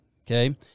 Okay